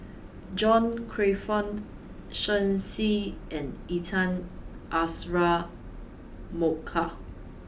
John Crawfurd Shen Xi and Intan Azura Mokhtar